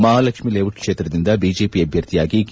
Mahalakshmi layout ಕ್ಷೇತ್ರದಿಂದ BJP ಅಭ್ವರ್ಥಿಯಾಗಿ K